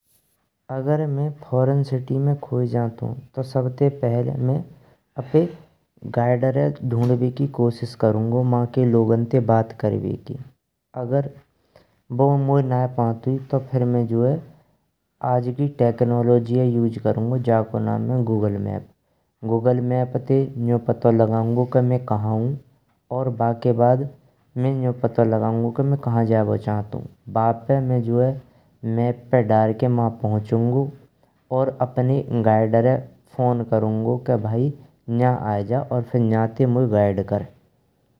अगर मे foreign city में खोए जानत हों। तो सबते पहेल मे आपाय गाइडरै धुंदबै की कोसिस करुंगो, माके लोगो न ते बात करवे की अगर बु मोए नये पन्तुई तो फिर में आज की टेक्नोलज्ये उज़े करुंगो। जाको नाम ह गूगल मैप, गूगल मैप ते न्जु पतो लगायुंगो के मे कहां हौं। और बाके बाद मे न्यू पतो लगायुंगो के मे कहां जायेब चहांतु बापे मे जो है, मैप पे दार कें मा पहुचुंगो। और आपणे गाइडरै फोन करुंगो के भाई न्जा आजायै न्जाते मोए गाइड कर।